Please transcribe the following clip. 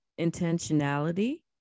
intentionality